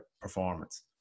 performance